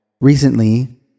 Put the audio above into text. recently